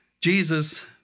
Jesus